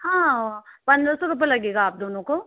हाँ पंद्रह सौ रुपये लगेगा आप दोनों को